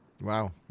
Wow